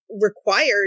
required